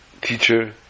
teacher